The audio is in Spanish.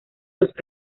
los